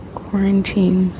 quarantine